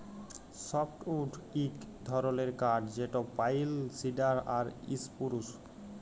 softwood ইক ধরলের কাঠ যেট পাইল, সিডার আর ইসপুরুস